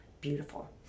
beautiful